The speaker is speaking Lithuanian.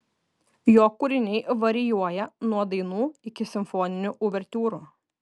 jo kūriniai varijuoja nuo dainų iki simfoninių uvertiūrų